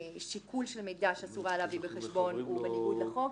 השיקול של המידע שאסור היה להביא בחשבון הוא בניגוד לחוק.